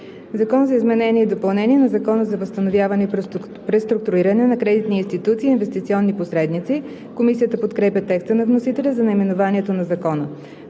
„Закон за изменение и допълнение на Закона за възстановяване и преструктуриране на кредитни институции и инвестиционни посредници“. Комисията подкрепя текста на вносителя за наименованието на Закона.